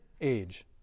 age